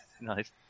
Nice